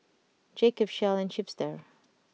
Jacob's Shell and Chipster